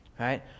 right